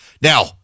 Now